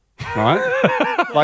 right